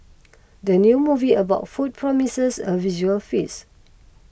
the new movie about food promises a visual feast